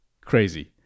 crazy